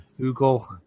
Google